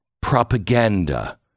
Propaganda